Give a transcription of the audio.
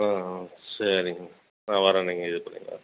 ஆ ஆ சரிங்க நான் வரேன் நீங்கள் இது பண்ணுங்கள்